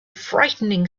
frightening